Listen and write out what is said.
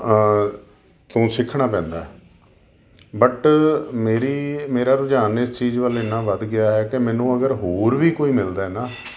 ਤੋਂ ਸਿੱਖਣਾ ਪੈਂਦਾ ਬਟ ਮੇਰੀ ਮੇਰਾ ਰੁਝਾਨ ਇਸ ਚੀਜ਼ ਵੱਲ ਇੰਨਾ ਵੱਧ ਗਿਆ ਕਿ ਮੈਨੂੰ ਅਗਰ ਹੋਰ ਵੀ ਕੋਈ ਮਿਲਦਾ ਨਾ